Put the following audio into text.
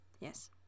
yes